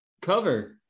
cover